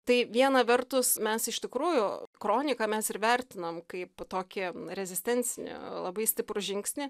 tai viena vertus mes iš tikrųjų kroniką mes ir vertinam kaip tokį rezistencinį labai stiprų žingsnį